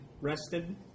rested